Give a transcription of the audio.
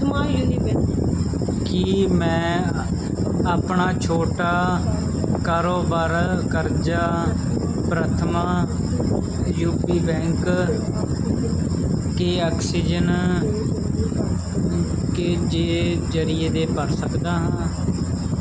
ਕੀ ਮੈਂ ਆਪਣਾ ਛੋਟਾ ਕਾਰੋਬਾਰ ਕਰਜ਼ਾ ਪ੍ਰਥਮਾ ਯੂਪੀ ਬੈਂਕ 'ਤੇ ਆਕਸੀਜਨ ਕੇ ਦੇ ਜਰੀਏ ਭਰ ਸਕਦਾ ਹਾਂ